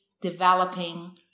developing